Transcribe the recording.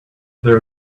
there